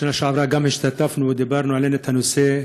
גם בשנה שעברה השתתפנו, דיברנו, העלינו את הנושא.